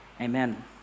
Amen